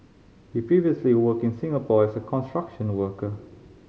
he previously worked in Singapore as a construction worker